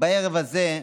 בערב הזה,